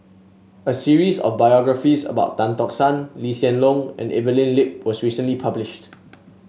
a series of biographies about Tan Tock San Lee Hsien Loong and Evelyn Lip was recently published